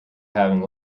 having